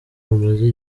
bamaze